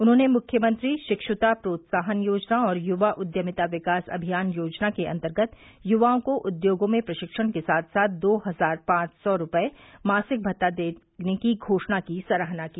उन्होंने मुख्यमंत्री शिक्षुता प्रोत्साहन योजना और युवा उद्यमिता विकास अभियान योजना के अंतर्गत युवाओं को उद्योगों में प्रशिक्षण के साथ साथ दो हजार पांच सौ रुपए मासिक भत्ता देने की घोषणा की सराहना की